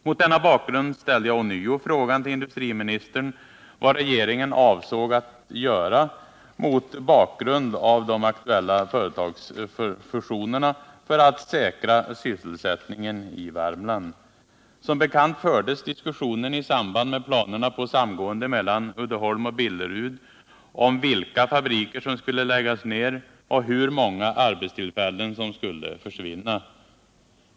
Mot denna bakgrund ställde jag ånyo frågan till industriministern vad regeringen avsåg att göra för att säkra sysselsättningen i Värmland. Som bekant fördes diskussionen i samband med planerna på samgående mellan Uddeholm och Billerud om vilka fabriker som skulle läggas ner och hur många arbetstillfällen som skulle försvinna.